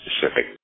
specific